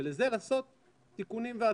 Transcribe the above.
ולזה לעשות תיקונים והתאמות.